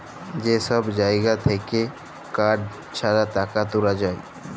যে সব জাগা থাক্যে কার্ড ছাড়া টাকা তুলা যায়